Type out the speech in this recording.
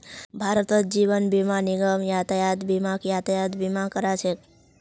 भारतत जीवन बीमा निगम यातायात बीमाक यातायात बीमा करा छेक